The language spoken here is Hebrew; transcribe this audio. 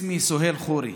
(אומר בערבית: